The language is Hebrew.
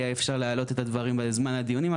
היה אפשר להעלות את הדברים בזמן הדיונים.